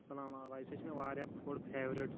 اَسَلامُ عَلیکُم سُہ چھُ مےٚ واریاہ فُڈ فیورِٹ